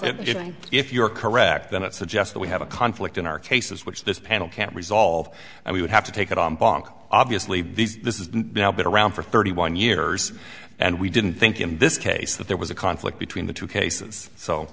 revocation if you're correct then it suggests that we have a conflict in our cases which this panel can't resolve and we would have to take it on bach obviously this is now been around for thirty one years and we didn't think in this case that there was a conflict between the two cases so